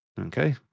Okay